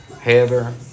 Heather